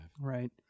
Right